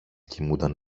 κοιμούνταν